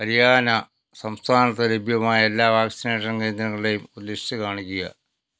ഹരിയാന സംസ്ഥാനത്ത് ലഭ്യമായ എല്ലാ വാക്സിനേഷൻ കേന്ദ്രങ്ങളുടെയും ഒരു ലിസ്റ്റ് കാണിക്കുക